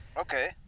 Okay